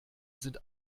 sind